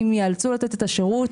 אם ייאלצו לתת את השירות,